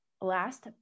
last